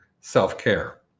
self-care